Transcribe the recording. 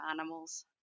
animals